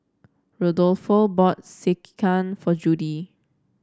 Rodolfo bought Sekihan for Judi